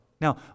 Now